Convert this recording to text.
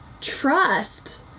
trust